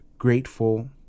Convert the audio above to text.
Grateful